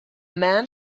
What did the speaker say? man